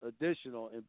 additional